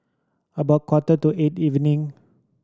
about quarter to eight evening